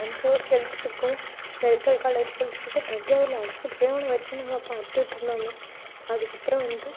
தஞ்சாவூருக்கு எழுதிக் கொடுக்கவும் மெடிக்கல் காலேஜுக்கு எழுதிக் கொடுக்கவும் தஞ்சாவூரில் அழைச்சிட்டு போய் இவனை வெச்சு நாங்கள் பார்த்துட்ருந்தோம் அங்கே அதுக்கப்புறம் வந்து